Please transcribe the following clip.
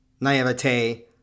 naivete